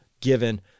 given